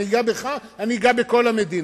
אני אגע בך, אני אגע בכל המדינה.